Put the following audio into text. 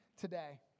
today